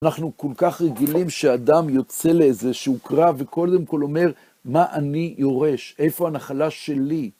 אנחנו כל כך רגילים שאדם יוצא לאיזה שהוא קרב וקודם כל אומר מה אני יורש, איפה הנחלה שלי.